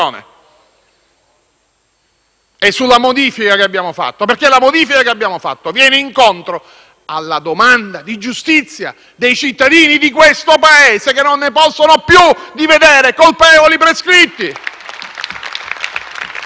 e sulla modifica che abbiamo fatto, perché essa viene incontro alla domanda di giustizia dei cittadini di questo Paese, che non ne possono più di vedere colpevoli prescritti. *(Applausi